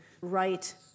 right